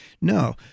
No